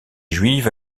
juive